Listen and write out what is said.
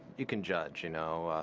you can judge. you know